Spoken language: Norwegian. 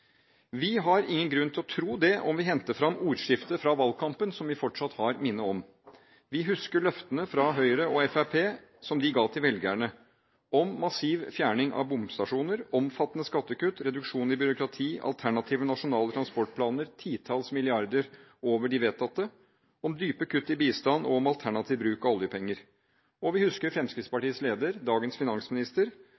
Vi har ingen grunn til å tro det om vi henter fram ordskiftet fra valgkampen, som vi fortsatt har minne om. Vi husker løftene fra Høyre og Fremskrittspartiet som de ga til velgerne, om massiv fjerning av bomstasjoner, omfattende skattekutt, reduksjon i byråkrati, alternative nasjonale transportplaner titalls milliarder over de vedtatte, dype kutt i bistand og om alternativ bruk av oljepenger. Og vi husker